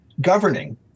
governing